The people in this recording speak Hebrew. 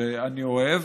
שאני אוהב,